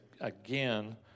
again